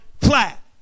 flat